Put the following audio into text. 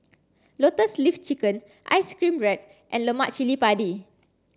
lotus leaf chicken ice cream bread and Lemak Cili Padi